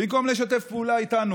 במקום לשתף איתנו